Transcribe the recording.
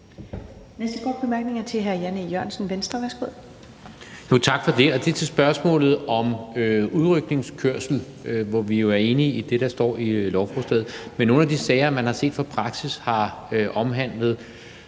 Venstre. Værsgo. Kl. 11:54 Jan E. Jørgensen (V): Tak for det. Og det er til spørgsmålet om udrykningskørsel, hvor vi jo er enige i det, der står i lovforslaget. Men nogle af de sager, man har set, har i praksis omhandlet